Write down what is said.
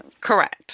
Correct